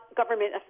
government